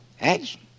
Action